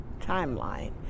timeline